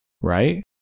right